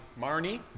Marnie